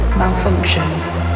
malfunction